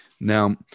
Now